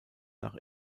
nach